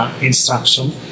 instruction